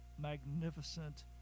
magnificent